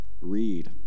read